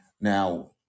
Now